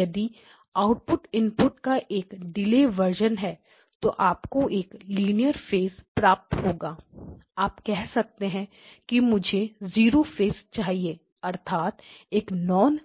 यदि output input का एक डिलेड वर्जन है तो आपको एक लीनियर फेस प्राप्त होगा आप कह सकते हैं कि मुझे 0 फेस चाहिए अर्थात एक नॉन